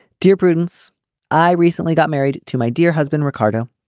dear prudence i recently got married to my dear husband ricardo.